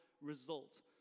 result